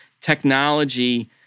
technology